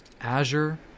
Azure